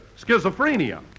schizophrenia